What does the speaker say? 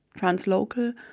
translocal